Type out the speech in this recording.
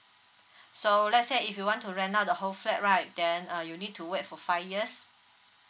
so let's say if you want to rent out the whole fat right then uh you need to wait for five years